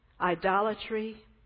idolatry